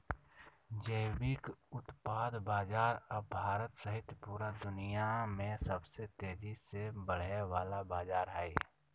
जैविक उत्पाद बाजार अब भारत सहित पूरा दुनिया में सबसे तेजी से बढ़े वला बाजार हइ